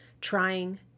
trying